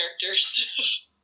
characters